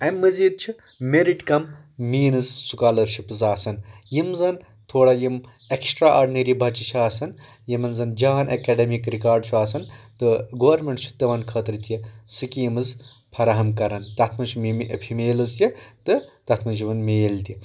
اَمہِ مٔزیٖد چھِ میٚرِٹ کم میٖنز سٔکالرشِپٕز آسان یِم زَن تھوڑا یِمٛ ایٚکٕسٹرٛا آڈنٔری بَچہِ چھِ آسان یِمَن زَن جان ایٚکَڈمِک رِکارڈ چھُ آسان تہٕ گورنمینٹ چھُ تِمَن خٲطرٕ تہِ سکیٖمٕز فَراہَم کَران تَتھ منٛز چھِ فیٖمیلٕز تہِ تہٕ تَتھ منٛز چھِ یِوان میل تہِ